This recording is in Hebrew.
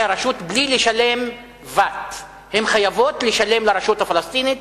הרשות בלי לשלם VAT. הן חייבות לשלם לרשות הפלסטינית